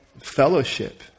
fellowship